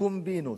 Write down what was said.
קומבינות.